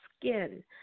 skin